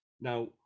now